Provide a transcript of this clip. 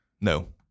No